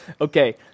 Okay